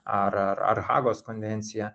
ar ar ar hagos konvencija